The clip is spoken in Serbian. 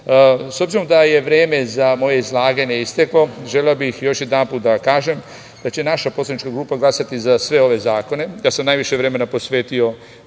obzirom da je vreme za moje izlaganje isteklo, želeo bih još jednom da kažem da će naša poslanička grupa glasati za sve ove zakone. Ja sam najviše vremena posvetio